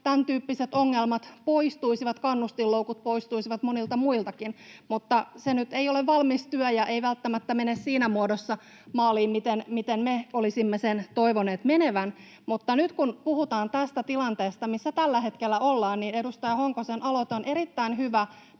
tämäntyyppiset ongelmat poistuisivat, kannustinloukut poistuisivat, monilta muiltakin. Mutta se nyt ei ole valmis työ ja ei välttämättä mene siinä muodossa maaliin kuin me olisimme sen toivoneet menevän. Mutta nyt, kun puhutaan tästä tilanteesta, missä tällä hetkellä ollaan, edustaja Honkosen aloite on erittäin hyvä